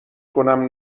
کنم